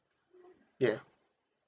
ya